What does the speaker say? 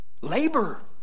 labor